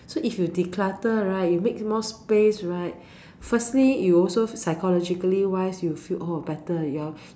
so if you declutter right you make more space right firstly you also psychologically wise you feel oh better your